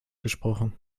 gesprochen